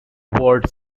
word